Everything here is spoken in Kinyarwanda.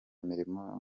mirimo